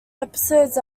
episodes